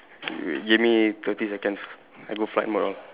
wait give me thirty seconds I go flight mode